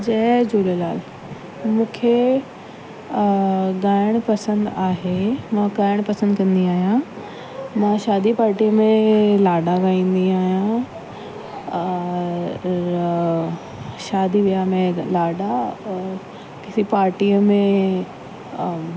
जय झूलेलाल मूंखे ॻाइणु पसंदि आहे मां ॻाइणु पसंदि कंदी आहियां मां शादी पार्टी में लाॾा गाईंदी आहियां शादी विहांव में लाॾा ऐं किसी पार्टीअ में ऐं